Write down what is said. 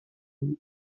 میریخت